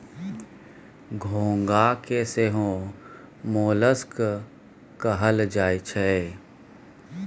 घोंघा के सेहो मोलस्क कहल जाई छै